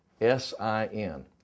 S-I-N